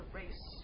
race